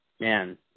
man